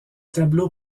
tableaux